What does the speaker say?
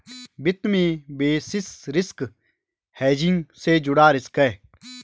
वित्त में basis risk hedging से जुड़ा रिस्क है